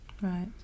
Right